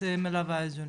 את מלווה את זה.